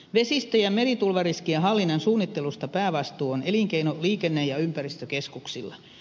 vesistö ja meritulvariskien hallinnan suunnittelusta päävastuu on elinkeino liikenne ja ympäristökeskuksilla